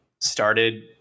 started